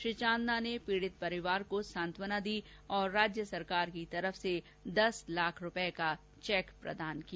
श्री चांदना ने पीड़ित परिवार को सांत्वना दी और राज्य सरकार की तरफ से दस लाख रुपये का चैक प्रदान किया